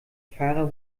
fahrer